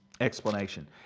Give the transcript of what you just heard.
explanation